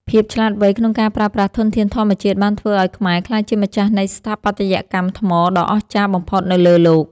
ភាពឆ្លាតវៃក្នុងការប្រើប្រាស់ធនធានធម្មជាតិបានធ្វើឱ្យខ្មែរក្លាយជាម្ចាស់នៃស្ថាបត្យកម្មថ្មដ៏អស្ចារ្យបំផុតនៅលើលោក។